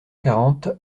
quarante